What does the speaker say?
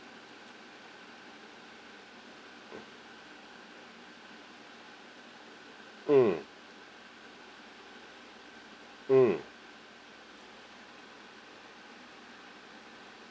mm mm